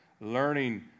learning